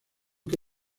que